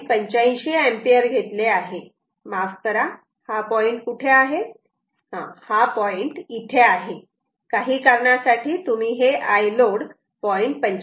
85 ampere घेतले आहे माफ करा हा पॉईंट कुठे आहे हा पॉईंट इथे आहे काही कारणासाठी तुम्ही हे Iload 0